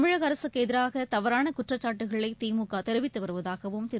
தமிழகஅரசுக்குஎதிராகதவறானகுற்றச்சாட்டுகளைதிமுகதெரிவித்துவருவதா கவும் திரு